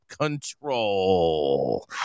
control